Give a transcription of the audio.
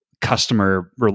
customer